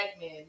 men